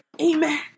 Amen